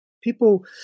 People